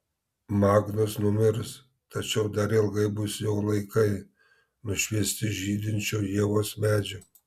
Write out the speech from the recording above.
magnus numirs tačiau dar ilgai bus jo laikai nušviesti žydinčio ievos medžio